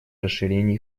расширению